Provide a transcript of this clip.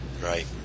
Right